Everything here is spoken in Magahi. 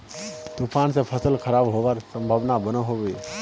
तूफान से फसल खराब होबार संभावना बनो होबे?